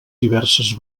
diverses